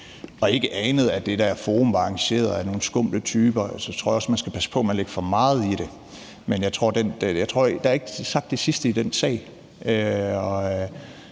og ikke anede, at det der forum var arrangeret af nogle skumle typer, så tror jeg også, man skal passe på med at lægge for meget i det. Men jeg tror, at der ikke er sagt det sidste i den sag.